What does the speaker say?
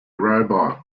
robot